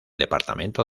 departamento